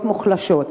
באוכלוסיות מוחלשות.